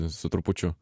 su trupučiu